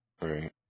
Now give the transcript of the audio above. Right